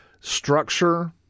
structure